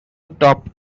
top